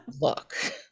look